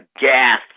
gas